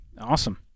Awesome